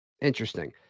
Interesting